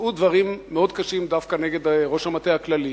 יצאו דברים מאוד קשים דווקא נגד ראש המטה כללי.